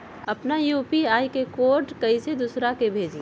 अपना यू.पी.आई के कोड कईसे दूसरा के भेजी?